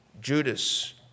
Judas